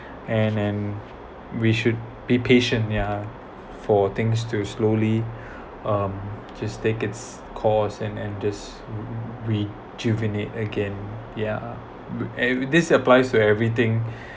and and we should be patient ya for things to slowly um just take its cost and and just rejuvenate again yeah with and with this applies to everything